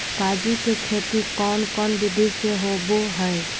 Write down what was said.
काजू के खेती कौन कौन विधि से होबो हय?